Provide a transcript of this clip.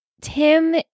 Tim